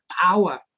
power